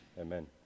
Amen